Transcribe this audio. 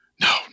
No